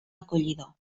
acollidor